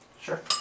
Sure